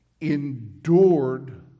endured